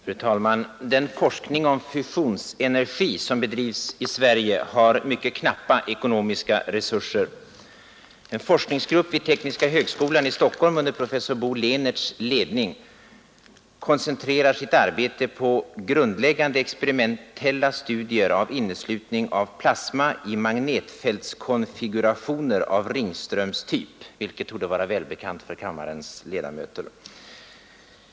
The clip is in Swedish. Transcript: Fru talman! Den forskning om fusionsenergi som bedrivs i Sverige har mycket knappa ekonomiska resurser. En forskningsgrupp vid tekniska högskolan i Stockholm under professor Bo Lehnerts ledning koncentrerar sitt arbete på grundläggande experimentella studier av inneslutning av plasma i magnetfältskonfigurationer av ringströmstyp — något som torde vara välbekant för kammarens ledamöter.